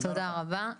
תודה רבה.